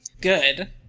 Good